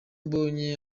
mbonye